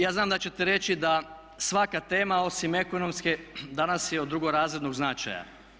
Ja znam da ćete reći da svaka tema osim ekonomske danas je od drugorazrednog značaja.